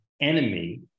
enemy